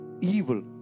evil